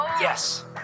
Yes